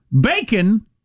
bacon